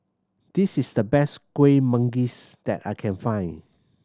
this is the best Kuih Manggis that I can find